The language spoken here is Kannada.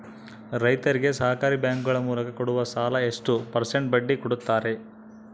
ರೈತರಿಗೆ ಸಹಕಾರಿ ಬ್ಯಾಂಕುಗಳ ಮೂಲಕ ಕೊಡುವ ಸಾಲ ಎಷ್ಟು ಪರ್ಸೆಂಟ್ ಬಡ್ಡಿ ಕೊಡುತ್ತಾರೆ?